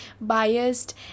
biased